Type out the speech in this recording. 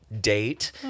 date